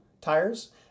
tires